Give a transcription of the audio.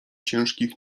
ciężkich